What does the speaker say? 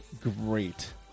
Great